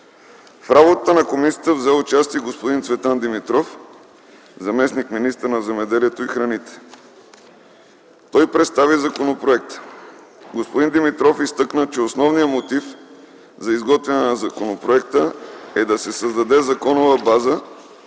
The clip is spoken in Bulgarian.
В работата на комисията взе участие господин Цветан Димитров – заместник-министър на земеделието и храните. Той представи законопроекта. Господин Димитров изтъкна, че основният мотив за изготвяне на законопроекта е да се създаде законова база